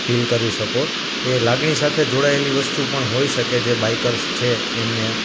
fill કરી શકો એ લાગણી સાથે જોડાયેલી વસ્તુ પણ હોઇ શકે જે બાઈકર્સ છે એમને